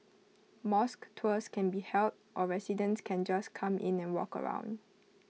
mosque tours can be held or residents can just come in and walk around